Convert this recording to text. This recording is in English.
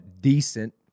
decent